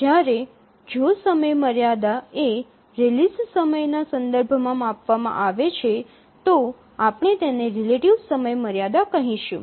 જ્યારે જો સમયમર્યાદા એ રિલીઝ સમયના સંદર્ભમાં માપવામાં આવે છે તો આપણે તેને રીલેટિવ સમયમર્યાદા કહીશું